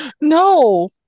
No